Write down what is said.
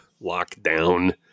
lock-down